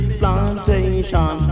plantation